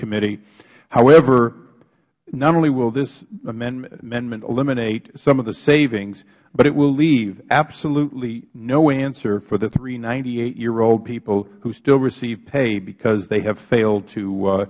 subcommittee however not only will this amendment eliminate some of the savings but it will leave absolutely no answer for the three ninety eight year old people who still receive pay because they have failed to